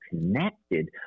connected